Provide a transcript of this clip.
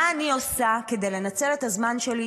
מה אני עושה כדי לנצל את הזמן שלי,